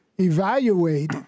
evaluate